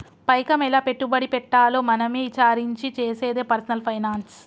పైకం ఎలా పెట్టుబడి పెట్టాలో మనమే ఇచారించి చేసేదే పర్సనల్ ఫైనాన్స్